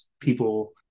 people